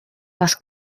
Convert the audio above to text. was